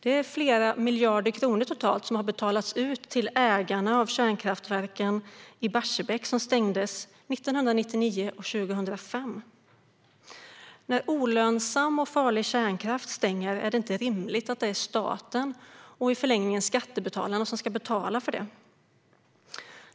Det är totalt flera miljarder kronor som har betalats i skadestånd till kärnkraftsägarna för de två reaktorer som stängdes i Barsebäck 1999 och 2005. När olönsam och farlig kärnkraft stänger är det inte rimligt att det är staten och i förlängningen skattebetalarna som ska betala för det.